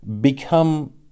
become